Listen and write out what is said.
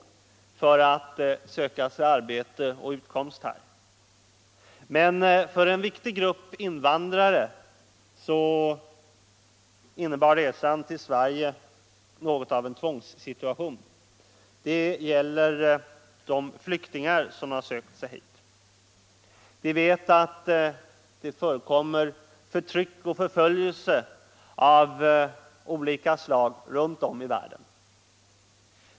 De har kommit för att söka arbete och för att få sin utkomst här. Men för en viktig grupp invandrare har resan till Sverige inneburit något av en tvångssituation. Det gäller de flyktingar som har sökt sig hit. Vi vet att det förekommer förtryck och förföljelse runt om i världen.